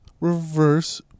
reverse